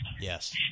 Yes